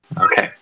Okay